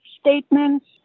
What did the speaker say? statements